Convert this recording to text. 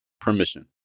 permission